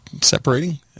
separating